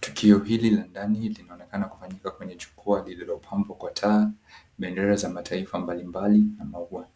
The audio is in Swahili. Tukio hili la ndani linaonekana kufanyika kwenye jukwaa lililopambwa kwa taa, bendera za mataifa mbalimbali na maua.